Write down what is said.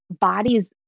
bodies